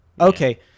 Okay